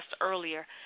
earlier